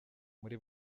muri